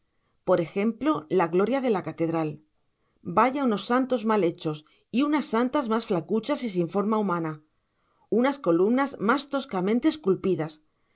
por ejemplo la gloria de la catedral vaya unos santos más mal hechos y unas santas más flacuchas y sin forma humana unas columnas más toscamente esculpidas